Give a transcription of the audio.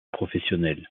professionnel